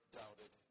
doubted